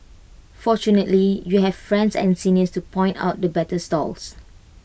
fortunately you have friends and seniors to point out the better stalls